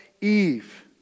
Eve